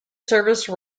service